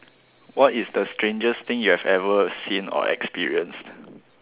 what is the strangest thing you have ever seen or experienced